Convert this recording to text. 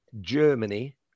Germany